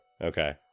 okay